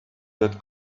that